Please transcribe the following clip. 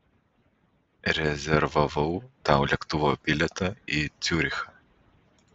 rezervavau tau lėktuvo bilietą į ciurichą